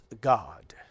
God